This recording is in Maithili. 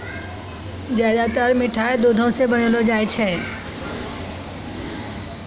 ज्यादातर मिठाय दुधो सॅ बनौलो जाय छै